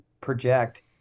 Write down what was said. project